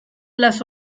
las